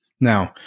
Now